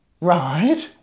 Right